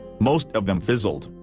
most of them fizzled.